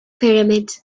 pyramids